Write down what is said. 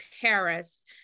Paris